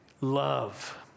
love